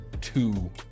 two